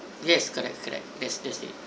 yes correct correct that's it